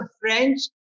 French